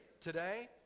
Today